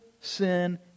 sin